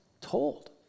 told